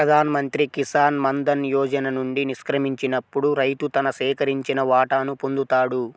ప్రధాన్ మంత్రి కిసాన్ మాన్ ధన్ యోజన నుండి నిష్క్రమించినప్పుడు రైతు తన సేకరించిన వాటాను పొందుతాడు